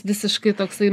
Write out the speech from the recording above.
visiškai toksai